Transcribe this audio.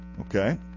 okay